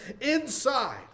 inside